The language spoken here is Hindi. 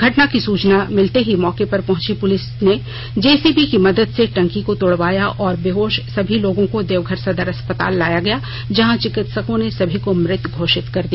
घटना की सूचना मिलते ही मौके पर पहची पुलिस ने जेसीबी की मदद से टंकी को तोड़वाया और बेहोश समी लोगों को देवघर सदर अस्पताल लाया गया जहां चिकित्सकों ने सभी को मृत घोषित कर दिया